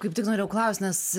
kaip tik norėjau klaust nes